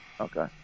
Okay